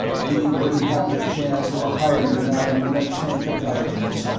we wouldn't have the chance of a hydrogen atom in a tank of halogens.